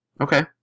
Okay